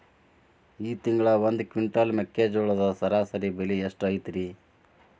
ಈ ತಿಂಗಳ ಒಂದು ಕ್ವಿಂಟಾಲ್ ಮೆಕ್ಕೆಜೋಳದ ಸರಾಸರಿ ಬೆಲೆ ಎಷ್ಟು ಐತರೇ?